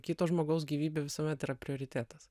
kito žmogaus gyvybė visuomet yra prioritetas